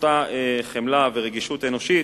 אותה חמלה ורגישות אנושית,